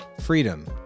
Freedom